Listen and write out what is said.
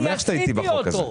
אני שמח שאתה איתי בחוק הזה.